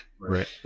right